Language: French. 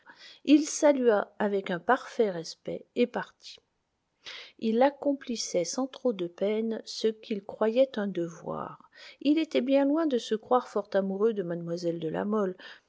il salua avec un parfait respect et partit il accomplissait sans trop de peine ce qu'il croyait un devoir il était bien loin de se croire fort amoureux de mlle de la mole